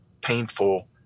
painful